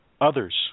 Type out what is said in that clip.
others